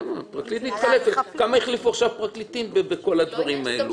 למה, הרבה החליפו פרקליטים במהלך המשפט.